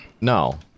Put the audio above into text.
no